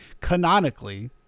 canonically